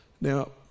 Now